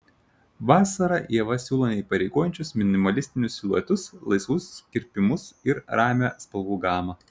vasarą ieva siūlo neįpareigojančius minimalistinius siluetus laisvus kirpimus ir ramią spalvų gamą